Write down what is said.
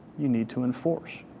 you need to enforce.